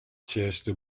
chester